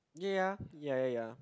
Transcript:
ya ya ya ya ya